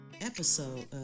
episode